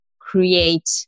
create